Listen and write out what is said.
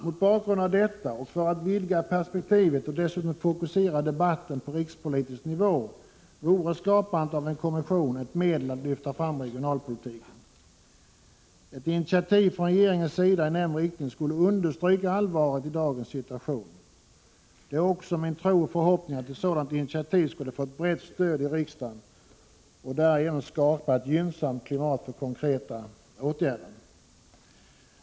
Mot bakgrund av detta och för att vidga perspektivet och dessutom fokusera debatten på rikspolitisk nivå vore skapandet av en kommission ett medel att lyfta fram regionalpolitiken. Ett initiativ från regeringens sida i nämnd riktning skulle understryka allvaret i dagens situation. Det är också min tro och förhoppning att ett sådant initiativ skulle få ett brett stöd i riksdagen och därigenom skapa ett gynnsamt klimat för konkreta åtgärder.